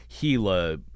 Gila